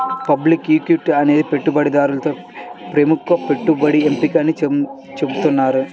public equity అనేది పెట్టుబడిదారులలో ప్రముఖ పెట్టుబడి ఎంపిక అని చెబుతున్నారు